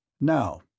Now